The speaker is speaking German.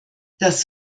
das